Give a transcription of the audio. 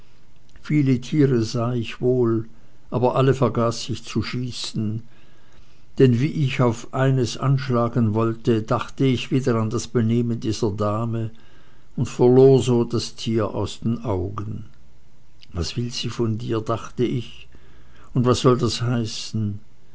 viele tiere sah ich wohl aber alle vergaß ich zu schießen denn wie ich auf eines anschlagen wollte dachte ich wieder an das benehmen dieser dame und verlor so das tier aus den augen was will sie von dir dachte ich und was soll das heißen